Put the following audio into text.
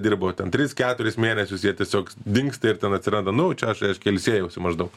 dirbo ten tris keturis mėnesius jie tiesiog dingsta ir ten atsiranda nu čia aš ilsėjausi maždaug